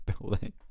building